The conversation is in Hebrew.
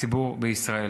הציבור בישראל.